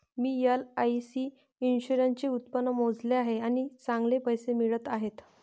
मी LIC इन्शुरन्सचे उत्पन्न मोजले आहे आणि चांगले पैसे मिळत आहेत